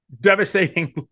devastating